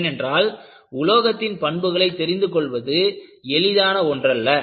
ஏனென்றால் உலோகத்தின் பண்புகளை தெரிந்து கொள்வது எளிதான ஒன்றல்ல